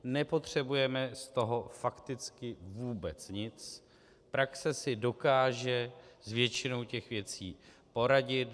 Nepotřebujeme z toho fakticky vůbec nic, praxe si dokáže s většinou těch věcí poradit.